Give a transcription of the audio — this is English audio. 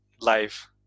life